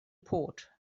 port